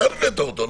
אתם הבאתם את זה,